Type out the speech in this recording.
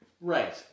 Right